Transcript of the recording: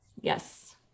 yes